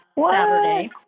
Saturday